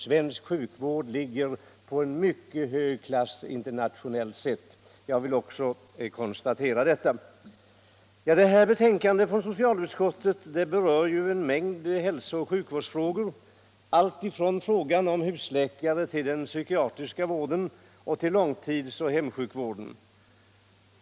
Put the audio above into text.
Svensk sjukvård ligger i en mycket hög klass internationellt sett. Också jag vill konstatera detta. Detta betänkande från socialutskottet berör en mängd hälsooch sjukvårdsfrågor, alltifrån frågan om husläkare till den psykiatriska vården och långtidsoch hemsjukvården.